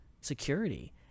security